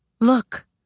Look